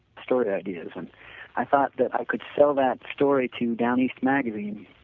story ideas and i thought that i could sell that story to down east magazine a